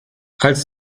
als